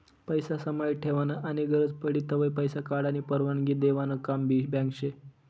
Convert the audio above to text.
पैसा समाई ठेवानं आनी गरज पडी तव्हय पैसा काढानी परवानगी देवानं काम भी बँक शे